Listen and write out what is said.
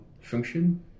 function